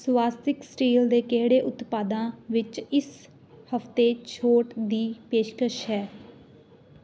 ਸਵਾਸਤਿਕ steel ਦੇ ਕਿਹੜੇ ਉਤਪਾਦਾਂ ਵਿੱਚ ਇਸ ਹਫ਼ਤੇ ਛੋਟ ਦੀ ਪੇਸ਼ਕਸ਼ ਹੈ